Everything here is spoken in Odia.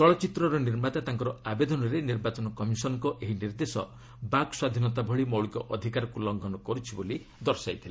ଚଳଚ୍ଚିତ୍ରର ନିର୍ମାତା ତାଙ୍କର ଆବେଦନରେ ନିର୍ବାଚନ କମିଶନ୍ଙ୍କ ଏହି ନିର୍ଦ୍ଦେଶ ବାକ୍ ସ୍ୱାଧୀନତା ଭଳି ମୌଳିକ ଅଧିକାରକୁ ଲଙ୍ଘନ କରୁଛି ବୋଲି ଦର୍ଶାଇଥିଲେ